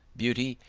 beauty,